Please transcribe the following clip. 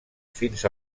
fins